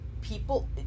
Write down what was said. people